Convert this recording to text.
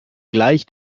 gleich